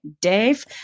Dave